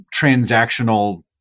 transactional